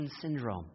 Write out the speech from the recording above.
syndrome